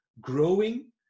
growing